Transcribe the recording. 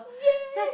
yes